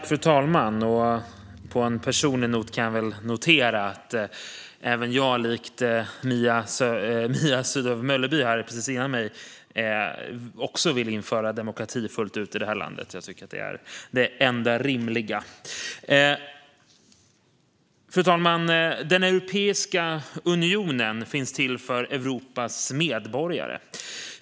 Fru talman! På ett personligt plan kan jag notera att även jag, likt Mia Sydow Mölleby före mig här i talarstolen, vill införa demokrati fullt ut i det här landet. Jag tycker att det är det enda rimliga. Fru talman! Europeiska unionen finns till för Europas medborgare.